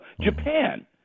Japan